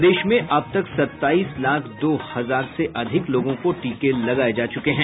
प्रदेश में अब तक सत्ताईस लाख दो हजार से अधिक लोगों को टीके लगाये जा चुके हैं